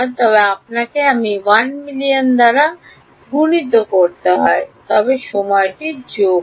তবে আপনাকে যদি 1 মিলিয়ন দ্বারা গুণিত করতে হয় তবে সময়টি যোগ হয়